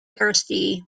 thirsty